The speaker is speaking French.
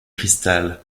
cristal